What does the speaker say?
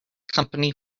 company